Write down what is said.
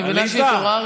אני מבינה שהתעוררתם.